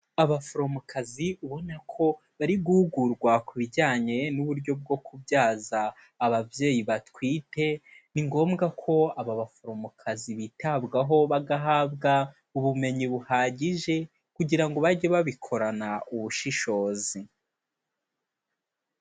Abaforomokazi ubona ko bari guhugurwa ku bijyanye n'uburyo bwo kubyaza ababyeyi batwite, ni ngombwa ko aba baforomokazi bitabwaho bagahabwa ubumenyi buhagije, kugira ngo bajye babikorana ubushishozi.